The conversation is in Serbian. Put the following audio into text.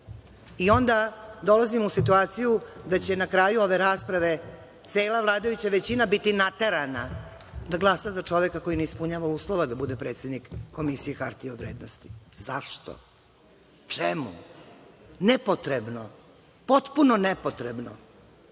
i onda dolazimo u situaciju da će na kraju ove rasprave cela vladajuća većina biti naterana da glasa za čoveka koji ne ispunjava uslove da bude predsednik Komisije za hartije od vrednosti. Zašto? Čemu? Nepotrebno, potpuno nepotrebno. Ako